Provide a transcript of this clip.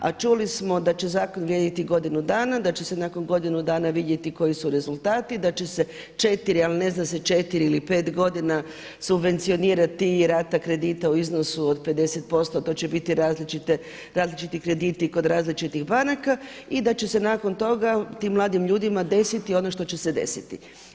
A čuli smo da će zakon vrijediti godinu dana, da će se nakon godinu dana vidjeti koji su rezultati, da će se 4 ali ne zna se 4 ili 5 godina subvencionirati i rata kredita u iznosu od 50%, to će biti različiti krediti kod različitih banaka i da će se nakon toga tim mladim ljudima desiti ono što će se desiti.